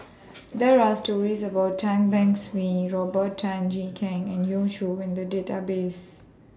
There Are stories about Tan Beng Swee Robert Tan Jee Keng and yon Choo in The Database